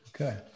okay